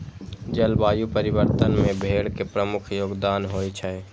जलवायु परिवर्तन मे भेड़ के प्रमुख योगदान होइ छै